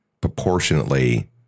proportionately